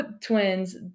twins